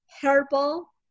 herbal